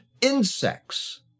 insects